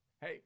hey